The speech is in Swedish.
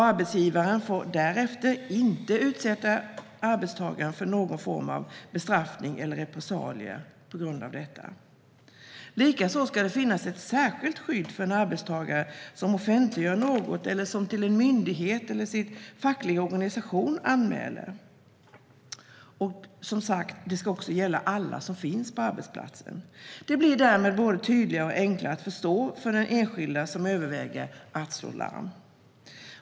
Arbetsgivaren får därefter inte utsätta arbetstagaren för någon form av bestraffning eller repressalier på grund av detta. Likaså ska det finnas ett särskilt skydd för en arbetstagare som offentliggör något eller som anmäler något till en myndighet eller till sin fackliga organisation. Som sagt ska detta gälla alla som finns på arbetsplatsen. Det blir därmed både tydligare och enklare att förstå för enskilda som överväger att slå larm.